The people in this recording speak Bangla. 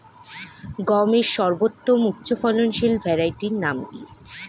গমের সর্বোত্তম উচ্চফলনশীল ভ্যারাইটি নাম কি?